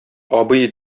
абый